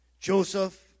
Joseph